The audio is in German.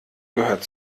gehört